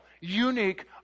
unique